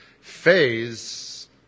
phase